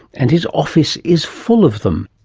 and his office is full of them.